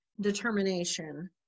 determination